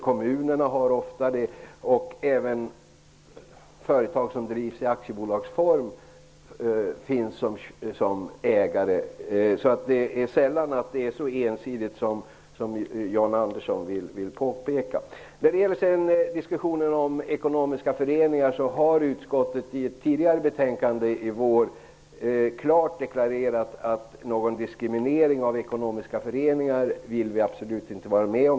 Kommunen har ofta mark, och även företag som drivs i aktiebolagsform finns som ägare. Det är sällan så ensidigt som John Andersson påpekar. När det gäller diskussionen om ekonomiska föreningar vill jag säga att utskottet i ett betänkande tidigare i vår klart har deklarerat att man absolut inte vill vara med om någon diskriminering av ekonomiska föreningar.